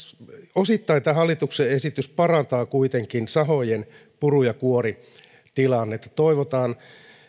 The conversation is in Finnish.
osittain tämä hallituksen esitys parantaa kuitenkin sahojen puru ja kuoritilannetta että toivotaan että